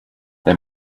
they